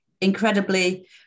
incredibly